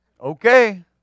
Okay